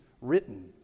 written